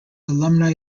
alumni